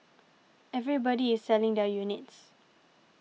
everybody is selling their units